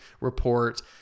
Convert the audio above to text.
report